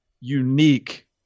unique